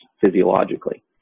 physiologically